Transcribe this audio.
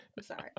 sorry